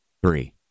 three